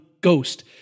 ghost